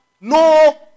no